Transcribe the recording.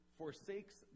forsakes